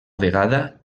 vegada